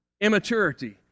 immaturity